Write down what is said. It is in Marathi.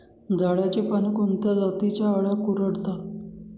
झाडाची पाने कोणत्या जातीच्या अळ्या कुरडतात?